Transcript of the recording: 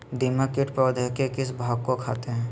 दीमक किट पौधे के किस भाग को खाते हैं?